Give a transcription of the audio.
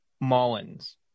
Mullins